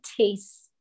taste